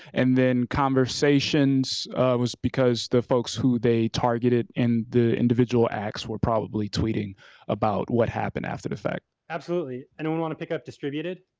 and then conversations was because the folks who they targeted and the individual acts were probably tweeting about what happened after the fact. absolutely. anyone wants to pick up distributed?